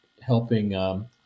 helping